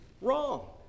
wrong